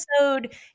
episode